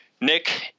Nick